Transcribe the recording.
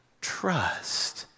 trust